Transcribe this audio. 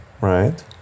right